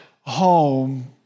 home